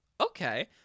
okay